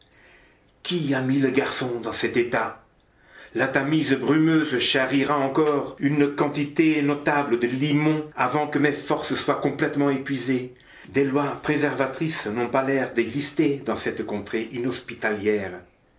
qui a mis le garçon dans cet état la tamise brumeuse charriera encore une quantité notable de limon avant que mes forces soient complètement épuisées des lois préservatrices n'ont pas l'air d'exister dans cette contrée inhospitalière